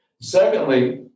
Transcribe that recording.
Secondly